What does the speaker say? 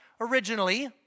originally